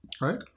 Right